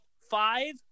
five